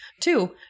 Two